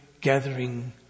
gathering